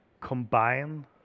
combine